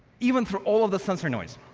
even through all of the sensor noise.